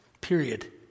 period